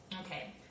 Okay